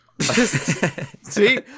See